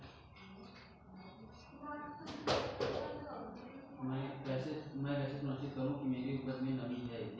चना की सबसे अच्छी उपज किश्त कौन सी होती है?